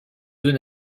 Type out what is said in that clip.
deux